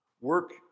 Work